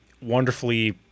wonderfully